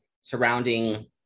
surrounding